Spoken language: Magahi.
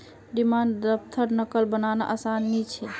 डिमांड द्रफ्टर नक़ल बनाना आसान नि छे